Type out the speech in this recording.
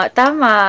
tama